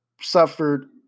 suffered